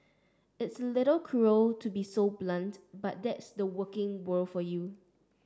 it's a little cruel to be so blunt but that's the working world for you